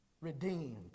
redeemed